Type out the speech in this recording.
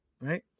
Right